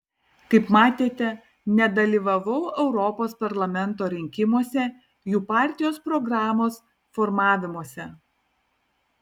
kaip matėte nedalyvavau europos parlamento rinkimuose jų partijos programos formavimuose